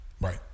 Right